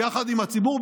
ביחד עם הציבור,